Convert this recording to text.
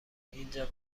اینجا